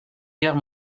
guerre